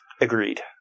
agreed